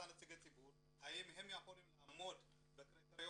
נציגי הציבור האם הם יכולים לעמוד בקריטריונים,